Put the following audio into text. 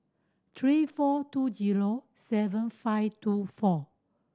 three four two zero seven five two four